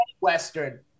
western